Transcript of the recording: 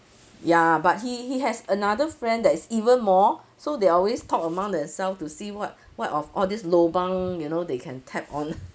ya but he he has another friend that is even more so they always talk among themselves to see what what of all this lobang you know they can tap on